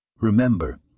Remember